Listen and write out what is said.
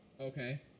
Okay